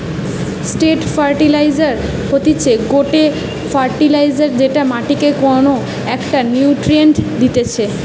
straight fertiliser হতিছে গটে fertiliser যেটা মাটিকে কোনো একটো নিউট্রিয়েন্ট দিতেছে